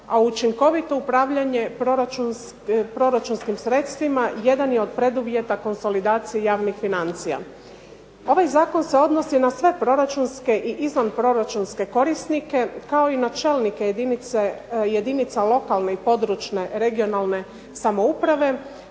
a učinkovito upravljanje proračunskim sredstvima jedan je od preduvjeta konsolidacije javnih financija. Ovaj zakon se odnosi na sve proračunske i izvanproračunske korisnike, kao i na čelnike jedinica lokalne i područne regionalne samouprave